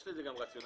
יש לזה גם רציונל.